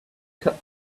cut